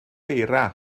eira